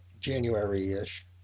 January-ish